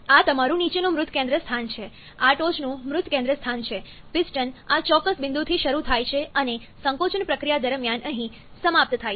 આ તમારું નીચેનું મૃત કેન્દ્ર સ્થાન છે આ ટોચનું મૃત કેન્દ્ર સ્થાન છે પિસ્ટન આ ચોક્કસ બિંદુથી શરૂ થાય છે અને સંકોચનપ્રક્રિયા દરમિયાન અહીં સમાપ્ત થાય છે